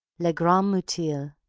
les grands mutiles